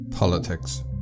Politics